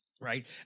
right